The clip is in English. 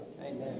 Amen